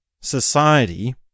society